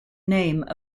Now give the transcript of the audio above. name